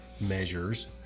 measures